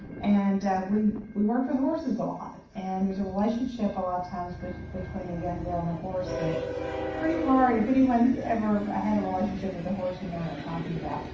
and we we worked with horses a lot. and there's a relationship a lot of times but between a young girl and a horse that's pretty hard if anyone's ever had a relationship with a horse you know what i'm talking about.